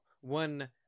one